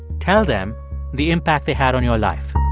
tell them the impact they had on your life